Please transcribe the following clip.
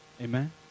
Amen